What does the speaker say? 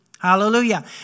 Hallelujah